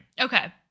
Okay